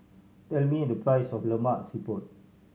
tell me the price of Lemak Siput